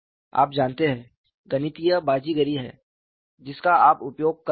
आप जानते हैं गणितीय बाजीगरी है जिसका आप उपयोग कर रहे हैं